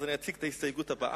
אז אני אציג את ההסתייגות הבאה.